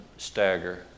Stagger